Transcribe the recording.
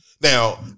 Now